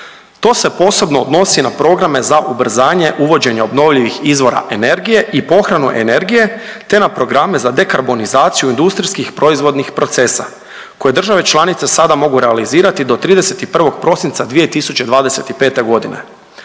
To se posebno odnosi na programe za ubrzanje uvođenja obnovljivih izvora energije i pohranu energije te na programe za dekarbonizaciju industrijskih proizvodnih procesa koje države članice sada mogu realizirati do 31. prosinca 2025.g.,